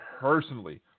personally